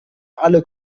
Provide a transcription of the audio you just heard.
alle